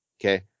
Okay